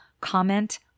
comment